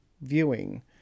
viewing